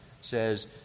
says